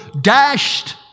dashed